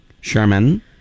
Sherman